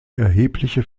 erhebliche